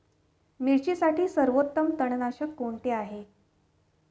मिरचीसाठी सर्वोत्तम तणनाशक कोणते आहे?